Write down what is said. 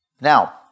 Now